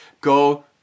go